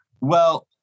Well-